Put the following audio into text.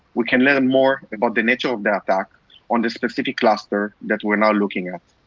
we can learn more about the nature of the attack on the specific cluster that we're now looking at.